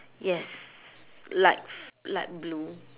yes light light blue